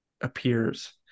appears